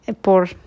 por